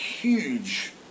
huge